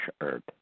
herb